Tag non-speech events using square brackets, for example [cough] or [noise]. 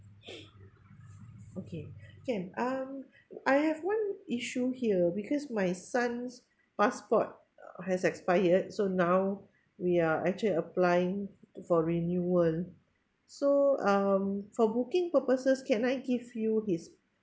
[breath] okay can um I have one issue here because my son's passport has expired so now we are actually applying for renewal so um for booking purposes can I give you his